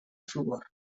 fluor